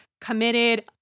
committed